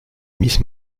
miss